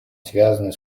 связаны